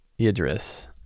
idris